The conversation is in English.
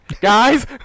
Guys